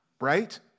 right